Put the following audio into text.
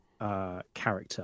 character